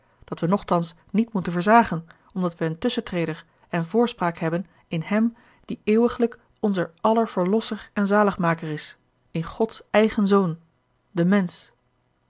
dat we nochtans niet moeten versagen omdat wij een tusschentreder en voorspraak hebben in hem die eeuwiglijk onzer aller verlosser en zaligmaker is in gods eigen zoon den mensch